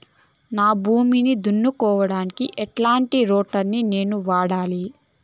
నా భూమి దున్నుకోవడానికి ఎట్లాంటి రోటివేటర్ ని నేను వాడాలి?